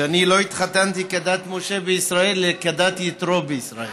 שאני לא התחתנתי כדת משה וישראל אלא כדת יתרו וישראל.